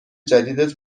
جدیدت